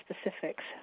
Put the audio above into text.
specifics